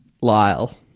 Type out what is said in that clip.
Lyle